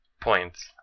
points